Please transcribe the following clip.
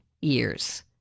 years